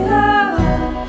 love